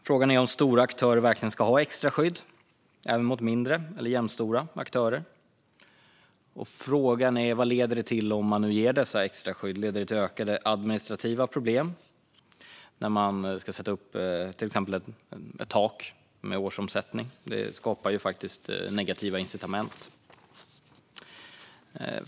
Frågan är om stora aktörer verkligen ska ha extra skydd även gentemot mindre eller jämnstora aktörer, och frågan är också vad det leder till om man nu ger dessa extraskydd. Leder det till ökade administrativa problem när man till exempel ska sätta upp ett tak för årsomsättning? Det skapar ju faktiskt negativa incitament.